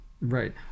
right